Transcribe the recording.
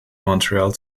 montreal